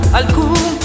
alcun